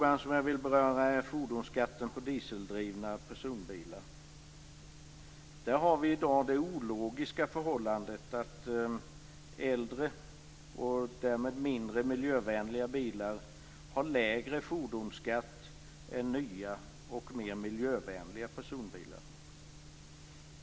För det andra: När det gäller fordonsskatten på dieseldrivna personbilar har vi i dag det ologiska förhållandet att äldre och därmed mindre miljövänliga bilar har lägre fordonsskatt än nya och mer miljövänliga personbilar.